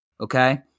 Okay